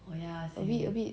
a bit a bit